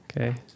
Okay